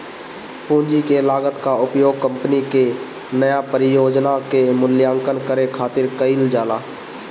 पूंजी के लागत कअ उपयोग कंपनी के नया परियोजना के मूल्यांकन करे खातिर कईल जाला